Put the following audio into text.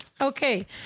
Okay